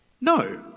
No